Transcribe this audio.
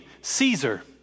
Caesar